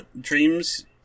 dreams